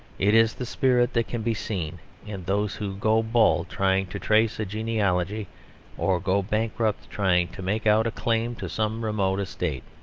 it is the spirit that can be seen in those who go bald trying to trace a genealogy or go bankrupt trying to make out a claim to some remote estate.